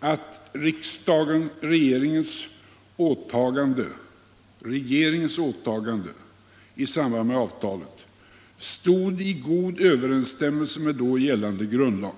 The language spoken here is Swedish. att regeringens åtagande i samband med avtalet stod i god överensstämmelse med då gällande grundlag?